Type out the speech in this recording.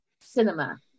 cinema